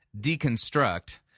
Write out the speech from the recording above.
deconstruct